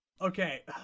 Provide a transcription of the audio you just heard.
Okay